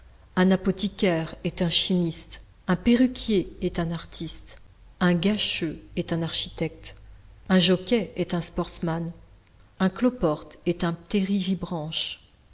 un apothicaire est un chimiste un perruquier est un artiste un gâcheux est un architecte un jockey est un sportsman un cloporte est un